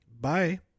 Bye